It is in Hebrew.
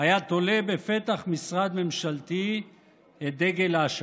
היה תולה בפתח משרד ממשלתי את דגל אש"ף?